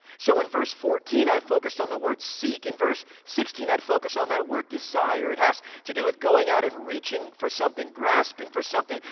so in verse fourteen, i focused on the word seek. in verse sixteen, i'd focus on that word desire. it has to do with going out and reaching for something, grasping for something,